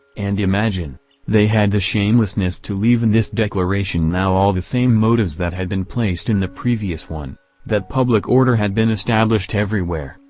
and imagine they had the shamelessness to leave in this declaration now all the same motives that had been placed in the previous one that public order had been established everywhere,